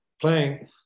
playing